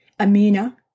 Amina